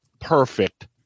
perfect